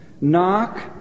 Knock